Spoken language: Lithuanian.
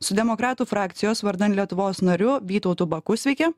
su demokratų frakcijos vardan lietuvos nariu vytautu baku sveiki